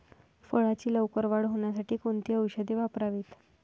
फळाची लवकर वाढ होण्यासाठी कोणती औषधे वापरावीत?